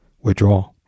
withdraw